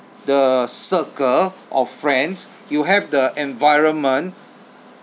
the circle of friends you have the environment